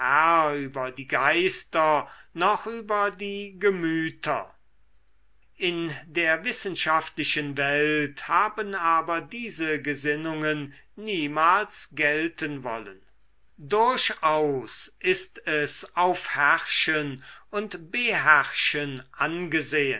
über die geister noch über die gemüter in der wissenschaftlichen welt haben aber diese gesinnungen niemals gelten wollen durchaus ist es auf herrschen und beherrschen angesehen